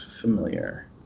familiar